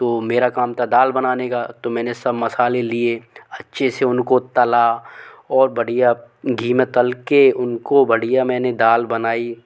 तो मेरा काम था दाल बनाने का तो मैंने सब मसाले लिए अच्छे से उनको तला और बढ़िया घी में तल के उनको बढ़िया मैंने दाल बनाई